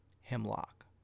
hemlock